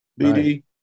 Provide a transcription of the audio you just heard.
BD